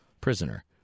prisoner